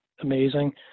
amazing